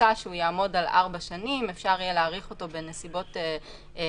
מוצע שיעמוד על ארבע שנים ואפשר יהיה להאריך אותו בנסיבות מסוימות.